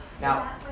now